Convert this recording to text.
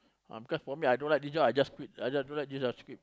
ah because for me I don't like this job I just quit I just don't like this I just quit